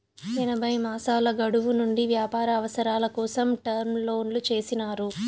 ఎనభై మాసాల గడువు నుండి వ్యాపార అవసరాల కోసం టర్మ్ లోన్లు చేసినారు